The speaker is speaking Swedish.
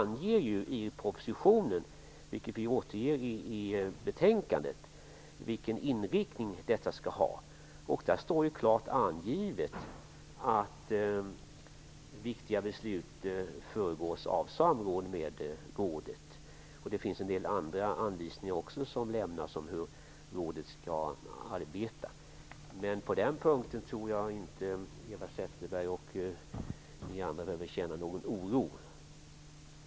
Men i propositionen anges - vilket också återges i betänkandet - vilken inriktning detta skall ha. Det står klart angivet att viktiga beslut skall föregås av samråd med rådet. Det lämnas också en hel del andra anvisningar om hur rådet skall arbeta. På den punkten tror jag inte att Eva Zetterberg och ni andra behöver känna någon oro.